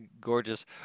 gorgeous